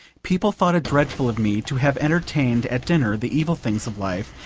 people thought it dreadful of me to have entertained at dinner the evil things of life,